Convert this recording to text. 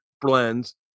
blends